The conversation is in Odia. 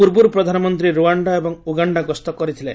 ପୂର୍ବରୁ ପ୍ରଧାନମନ୍ତ୍ରୀ ରୁୱାଶ୍ଡା ଏବଂ ଉଗାଶ୍ଡା ଗସ୍ତ କରିଥିଳେ